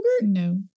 No